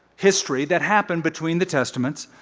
history that happened between the testaments.